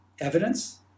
evidence